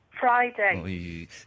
Friday